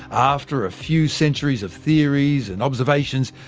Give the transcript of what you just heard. after a few centuries of theories and observations,